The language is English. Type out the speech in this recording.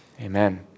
amen